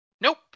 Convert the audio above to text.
Nope